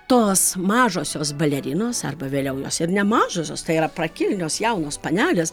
tos mažosios balerinos arba vėliau jos ir nemažosios tai yra prakilnios jaunos panelės